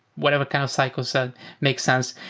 whatever kind of cycles that makes sense.